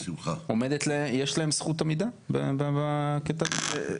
יש להם זכות עמידה בקטע הזה?